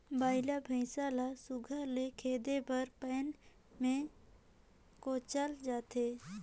बइला भइसा ल सुग्घर ले खेदे बर पैना मे कोचल जाथे